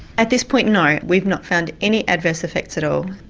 at this point no, we've not found any adverse effects at all.